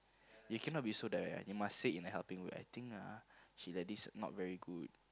you cannot be so direct one you must say in a helping way I think ah she like this not very good